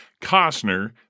Costner